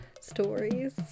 stories